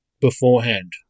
beforehand